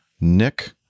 nick